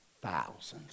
thousands